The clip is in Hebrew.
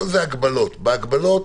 כאן זה הגבלות וההגבלות